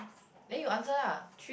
then you answer lah